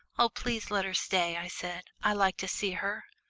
oh, please let her stay, i said i like to see her.